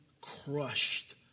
crushed